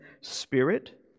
spirit